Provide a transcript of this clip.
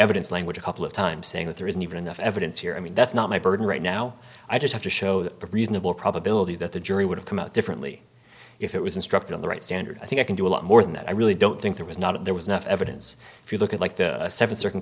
evidence language a couple of times saying that there isn't even enough evidence here i mean that's not my burden right now i just have to show the reasonable probability that the jury would have come out differently if it was instructed on the right standard i think i can do a lot more than that i really don't think there was not and there was enough evidence if you look at like the seven